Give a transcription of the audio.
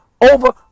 over